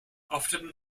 often